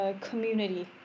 community